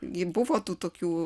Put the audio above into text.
gi buvo tų tokių